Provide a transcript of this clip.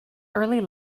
early